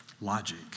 logic